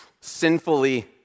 sinfully